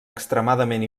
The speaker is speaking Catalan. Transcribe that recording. extremadament